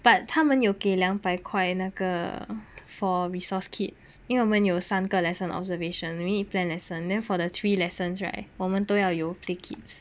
but 他们有给两百块那个 for resource kits 因为我们有三个 lesson observation then we need plan lesson then for the three lessons right 我们都要有 play kids